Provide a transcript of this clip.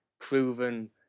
proven